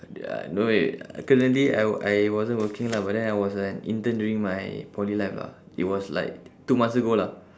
ya in a way currently I I wasn't working lah but then I was an intern during my poly life lah it was like two months ago lah